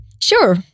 Sure